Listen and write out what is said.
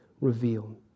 revealed